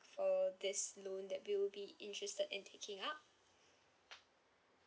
for this loan that we'll be interested in taking up